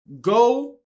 Go